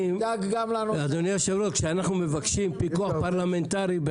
המדיניות או